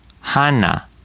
hana